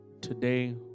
today